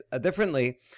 differently